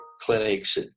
clinics